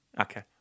Okay